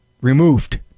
removed